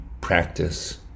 practice